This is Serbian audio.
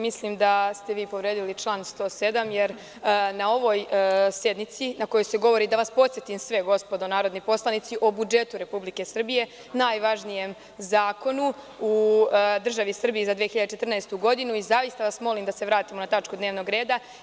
Mislim da ste vi povredili član 107, jer na ovoj sednici, na kojoj se govori, da vas podsetim sve gospodo narodni poslanici, o budžetu Republike Srbije, najvažnijem zakonu u državi Srbiji za 2014. godinu i zaista vas molim da se vratimo na tačku dnevnog reda.